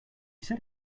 said